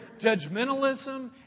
judgmentalism